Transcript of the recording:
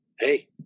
hey